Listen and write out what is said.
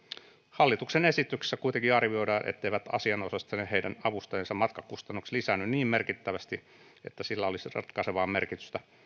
hallituksen esityksessä kuitenkin arvioidaan etteivät asianosaisten ja heidän avustajiensa matkakustannukset lisäänny niin merkittävästi että sillä olisi ratkaisevaa merkitystä